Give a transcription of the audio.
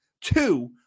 Two